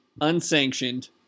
Unsanctioned